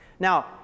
Now